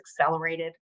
accelerated